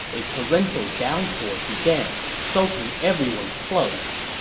a torrential downpour began, soaking everyone's clothes.